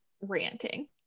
ranting